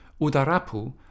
Udarapu